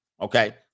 Okay